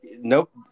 Nope